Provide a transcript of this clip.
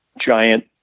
giant